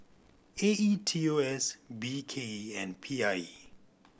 A E T O S B K E and P I E